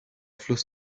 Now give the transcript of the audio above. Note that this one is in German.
fluss